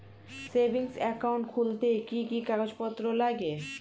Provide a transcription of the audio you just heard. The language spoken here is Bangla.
সেভিংস একাউন্ট খুলতে কি কি কাগজপত্র লাগে?